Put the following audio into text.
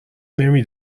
نمی